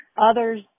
others